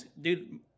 Dude